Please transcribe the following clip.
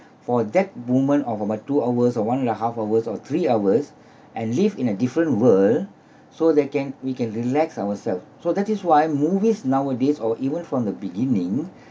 for that moment of about two hours or one and a half hours or three hours and live in a different world so they can we can relax ourselves so that is why movies nowadays or even from the beginning